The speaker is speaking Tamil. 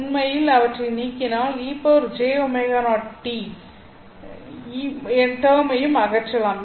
உண்மையில் அவற்றை நீக்கினால் ejω0t டெர்மையும் அகற்றலாம்